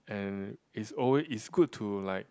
and it's alwa~ it's good to like